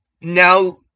now